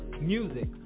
Music